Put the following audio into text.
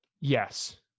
Yes